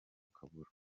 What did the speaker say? akabura